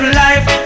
life